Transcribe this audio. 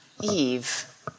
Eve